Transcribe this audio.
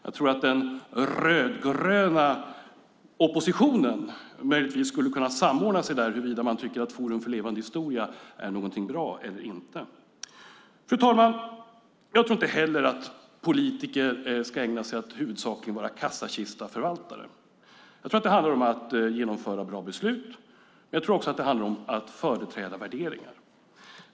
Jag tror att den rödgröna oppositionen möjligen skulle samordna sig när det gäller om man tycker att Forum för levande historia är något bra eller inte. Fru talman! Jag tror inte heller att politiker huvudsakligen ska ägna sig åt att vara kassakistförvaltare. Jag tror att det handlar om att genomföra bra beslut. Jag tror att det också handlar om att företräda värderingar.